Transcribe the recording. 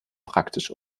praktisch